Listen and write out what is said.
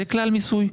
זה כלל מיסוי.